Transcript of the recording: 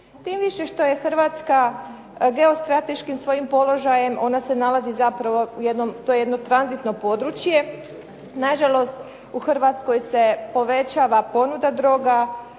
Tim više što je Hrvatska geostrateškim svojim položajem, to je jedno tranzitno područje. Nažalost, u Hrvatskoj se povećava ponuda droga,